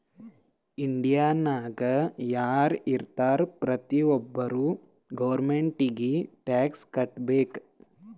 ಇಂಡಿಯಾನಾಗ್ ಯಾರ್ ಇರ್ತಾರ ಪ್ರತಿ ಒಬ್ಬರು ಗೌರ್ಮೆಂಟಿಗಿ ಟ್ಯಾಕ್ಸ್ ಕಟ್ಬೇಕ್